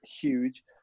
huge